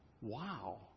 Wow